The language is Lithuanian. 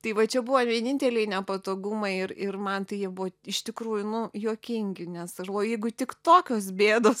tai va čia buvo vieninteliai nepatogumai ir ir man tai jie buvo iš tikrųjų nu juokingi nes o jeigu tik tokios bėdos